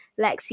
Lexi